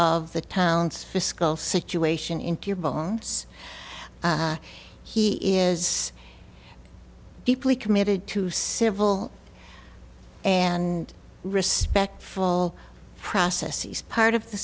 of the town's fiscal situation into your bones he is deeply committed to civil and respectful process is part of the